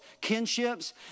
kinships